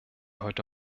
heute